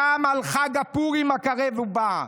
גם על חג הפורים הקרב ובא.